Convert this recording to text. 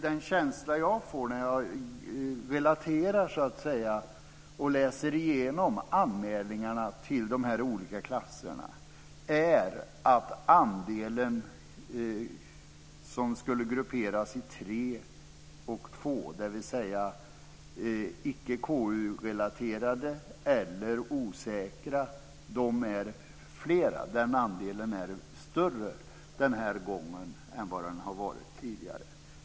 Den känsla jag får när jag läser igenom anmälningarna och relaterar till de olika klasserna är att den andel som skulle grupperas som nummer tre och som nummer två, dvs. icke KU-relaterade respektive "osäkra" anmälningar, är större den här gången jämfört med hur det tidigare varit.